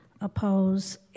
oppose